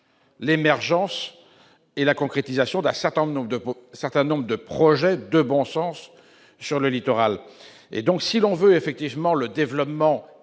l'émergence et la concrétisation d'un certain nombre de projets de bon sens sur le littoral. Par conséquent, si on veut le développement